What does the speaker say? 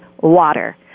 water